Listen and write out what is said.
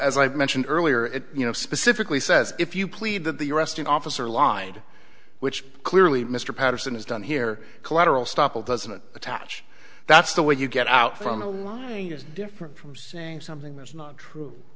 as i mentioned earlier you know specifically says if you plead that the arresting officer line which clearly mr patterson has done here collateral stoppel doesn't attach that's the way you get out from the years different from saying something that's not true